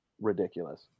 ridiculous